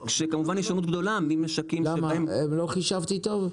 כשכמובן יש הישנות גדולה ממשקים שבהם --- למה לא חישבתי טוב?